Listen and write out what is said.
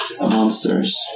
monsters